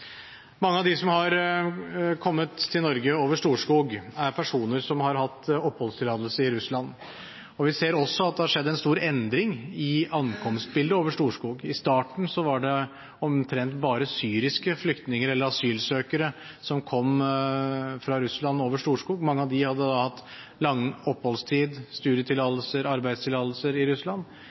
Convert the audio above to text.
Mange av de som har kommet til Norge over Storskog, er personer som har hatt oppholdstillatelse i Russland. Vi ser også at det har skjedd en stor endring i ankomstbildet over Storskog. I starten var det omtrent bare syriske flyktninger eller asylsøkere som kom fra Russland over Storskog. Mange av dem hadde da hatt lang oppholdstid, studietillatelse, arbeidstillatelse i Russland.